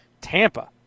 Tampa